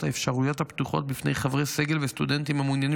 האפשרויות הפתוחות בפני חברי סגל וסטודנטים המעוניינים